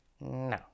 No